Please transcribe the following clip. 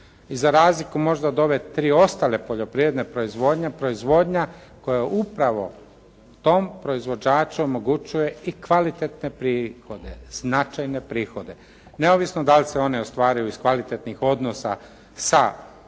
I za razliku možda od ove tri ostale poljoprivredne proizvodnje, proizvodnja koja je upravo tom proizvođaču omogućuje i kvalitetne prihode, značajne prihode. Neovisno da li se one ostvaruju iz kvalitetnih odnosa sa …/Govornik